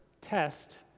test